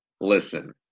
Listen